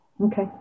Okay